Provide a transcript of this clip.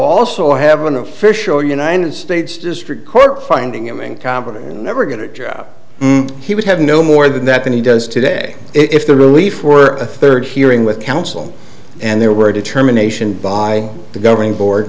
walsall have an official united states district court finding him incompetent never get a job he would have no more than that than he does today if the relief were a third hearing with counsel and there were a determination by the governing board